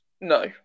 no